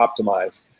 optimized